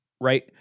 right